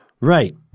Right